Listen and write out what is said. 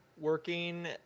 Working